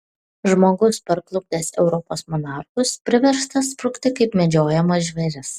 žmogus parklupdęs europos monarchus priverstas sprukti kaip medžiojamas žvėris